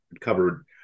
covered